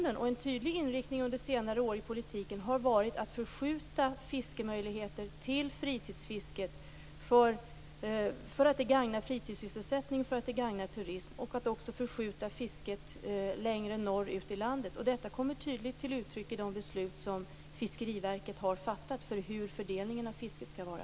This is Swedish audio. En tydlig inriktning under senare år i politiken har varit att förskjuta fiskemöjligheter till fritidsfisket därför att det gagnar fritidssysselsättning och turism och för att förskjuta fisket längre norrut i landet. Detta kommer tydligt till uttryck i de beslut som Fiskeriverket har fattat om hur fördelningen av fisket skall vara.